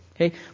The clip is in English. Okay